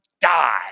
die